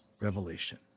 revelation